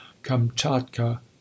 Kamchatka